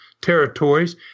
territories